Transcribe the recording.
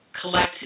collect